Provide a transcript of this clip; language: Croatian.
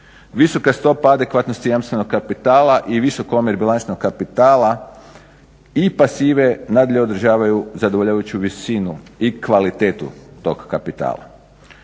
Visoka stoga adekvatnosti jamstvenog kapitala i visoko omerbilaničnog kapitala i pasive nadalje održavaju zadovoljavajuću visinu i kvalitetu tog kapitala.